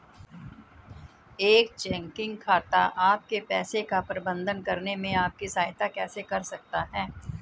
एक चेकिंग खाता आपके पैसे का प्रबंधन करने में आपकी सहायता कैसे कर सकता है?